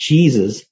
Jesus